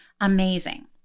amazing